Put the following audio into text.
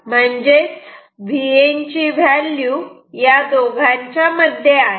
म्हणजेच Vn ची value या दोघांच्या मध्ये आहे